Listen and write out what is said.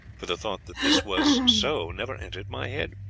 for the thought that this was so never entered my head.